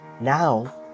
Now